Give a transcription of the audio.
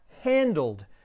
handled